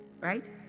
Right